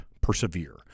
persevere